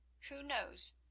who knows?